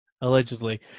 Allegedly